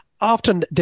Often